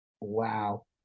Wow